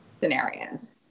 scenarios